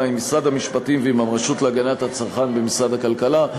עם משרד המשפטים ועם הרשות להגנת הצרכן במשרד הכלכלה.